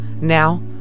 Now